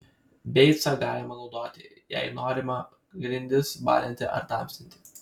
beicą galima naudoti jei norima grindis balinti ar tamsinti